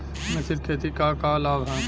मिश्रित खेती क का लाभ ह?